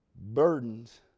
burdens